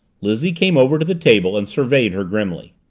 lizzie came over to the table and surveyed her grimly.